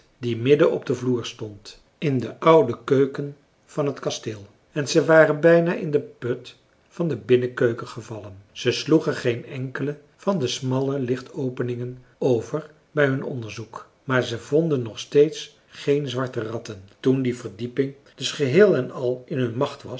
die midden op den vloer stond in de oude keuken van het kasteel en ze waren bijna in den put van de binnenkeuken gevallen ze sloegen geen enkele van de smalle lichtopeningen over bij hun onderzoek maar ze vonden nog steeds geen zwarte ratten toen die verdieping dus geheel en al in hun macht was